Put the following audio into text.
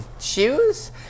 shoes